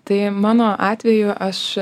tai mano atveju aš